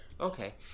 Okay